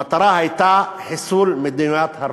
המטרה הייתה: חיסול מדינת הרווחה.